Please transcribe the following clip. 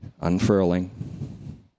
unfurling